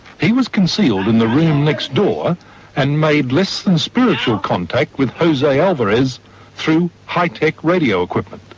he was concealed in the room next door and made less than spiritual contact with jose alvarez through high tech radio equipment.